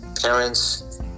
parents